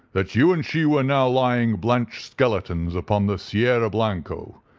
that you and she were now lying blanched skeletons upon the sierra blanco,